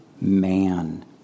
man